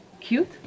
cute